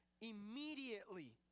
immediately